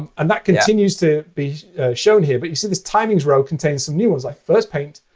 um and that continues to be shown here. but you see this timings row contains some new ones, like first paint,